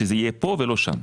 שזה יהיה פה ולא שם.